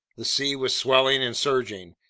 the sea was swelling and surging.